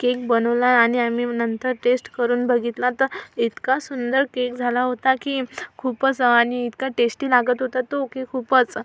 cake बनवला आणि आम्ही नंतर टेस्ट करून बघितला तर इतका सुंदर केक झाला होता की खूपच आणि इतका टेस्टी लागत होता तो केक खूपच